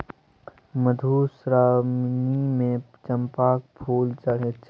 मधुश्रावणीमे चंपाक फूल चढ़ैत छै